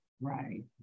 Right